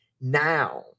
now